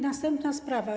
Następna sprawa.